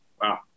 Wow